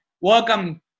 welcome